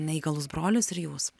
neįgalus brolis ir jūs